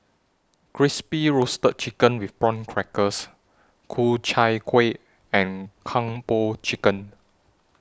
Crispy Roasted Chicken with Prawn Crackers Ku Chai Kueh and Kung Po Chicken